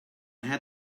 had